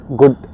good